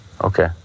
Okay